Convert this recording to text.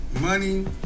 money